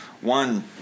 one